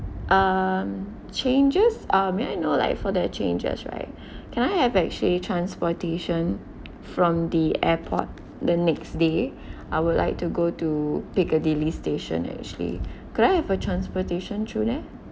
um changes uh may I know like for the changes right can I have actually transportation from the airport the next day I would like to go to piccadilly station actually could I have a transportation through there